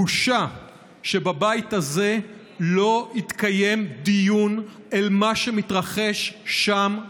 בושה שבבית הזה לא התקיים דיון על מה שמתרחש שם,